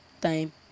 time